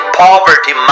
poverty